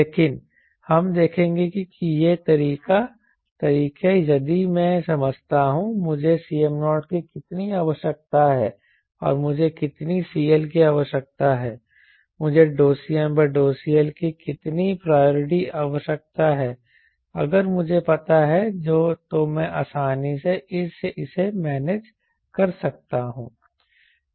लेकिन हम देखेंगे कि ये तरीके यदि मैं समझता हूं मुझे Cm0 की कितनी आवश्यकता है और मुझे कितनी CL की आवश्यकता है मुझे CmCL की कितनी प्रायोरी आवश्यकता है अगर मुझे पता है तो मैं आसानी से इसे मैनेज कर सकता हूं